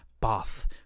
Bath